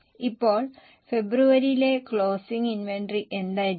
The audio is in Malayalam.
ഇപ്പോൾ ഫെബ്രുവരിയിലെ ക്ലോസിംഗ് ഇൻവെന്ററി എന്തായിരിക്കും